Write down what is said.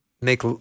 make